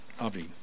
Avi